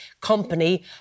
company